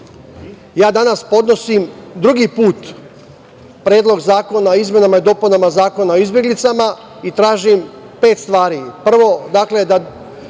danas podnosim drugi put Predlog zakona o izmenama i dopunama Zakona o izbeglicama i tražim pet stvari. Prvo,